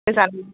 गोजान